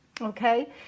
okay